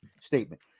statement